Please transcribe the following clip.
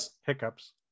hiccups